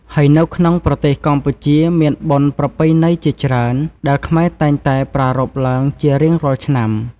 ហើយនៅក្នុងប្រទេសកម្ពុជាមានបុណ្យប្រពៃណីជាច្រើន ដែលខ្មែរតែងតែប្ររព្ធឡើងជារៀងរាល់ឆ្នាំ ។